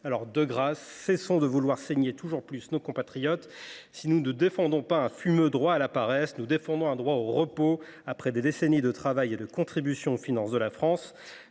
Alors, de grâce, cessons de vouloir saigner toujours plus nos compatriotes ! Si nous ne défendons pas un fumeux « droit à la paresse », nous défendons un droit au repos après des décennies de travail et de contribution aux finances de la France.